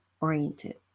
oriented